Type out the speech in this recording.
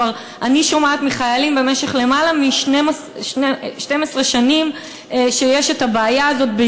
כבר אני שומעת מחיילים במשך למעלה מ-12 שנים שיש הבעיה הזאת,